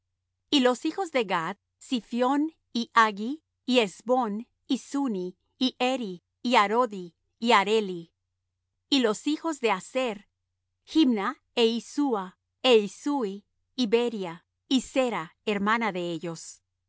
y los hijos de gad ziphión y aggi y ezbón y suni y heri y arodi y areli y los hijos de aser jimna é ishua é isui y beria y sera hermana de ellos